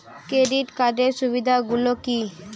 Credit কার্ডের সুবিধা গুলো কি?